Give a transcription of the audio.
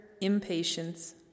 impatience